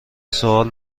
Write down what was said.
سوال